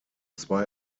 zwei